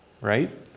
right